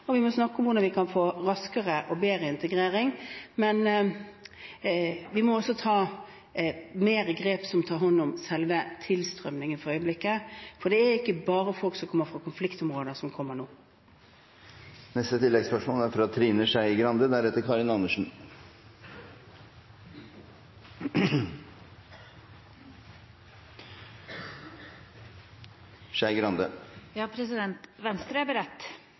og vi må snakke om hvordan vi kan få raskere og bedre integrering. Men vi må ta mer grep for å ta hånd om selve tilstrømningen for øyeblikket, og det er ikke bare folk som kommer fra konfliktområder, som kommer nå. Trine Skei Grande – til oppfølgingsspørsmål. Venstre er beredt til å være med på et bredt forlik. Venstre er beredt